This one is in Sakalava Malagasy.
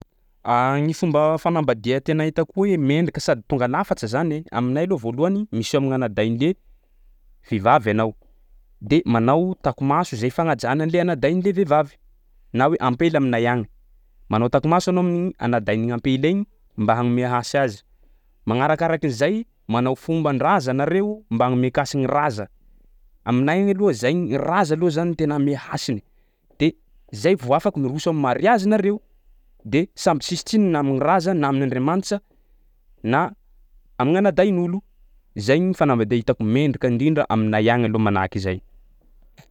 Gny fomba fanambadia tena hitako hoe mendrika sady tonga lafatsa zany aminay aloha voalohany miseho amin'gn'anadahin'le vehivavy anao de manao tako-maso zay fagnajana an'ilay anadahin'le vehivavy na hoe ampela aminay agny, manao tako-maso anao amin'igny anadahin'gny ampela igny mba hanome hasy azy. Magnarakaraky an'zay manao fomban-draza nareo mba hagnomen-kasin'ny raza, aminay agny aloha zay ny raza aloha zany tena ame hasiny de zay vao afaka miroso am'mariazy nareo de samby tsisy tsiny na am'raza na amin'Andriamanitsa na amin'gn' anadahin'olo, zay ny fanambadia hitako mendrika indrindra aminay agny aloha manahik'izay.